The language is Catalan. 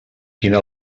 quina